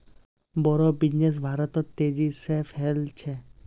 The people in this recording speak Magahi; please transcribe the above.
बोड़ो बिजनेस भारतत तेजी से फैल छ